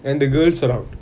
and the girls around